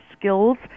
skills